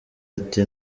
ati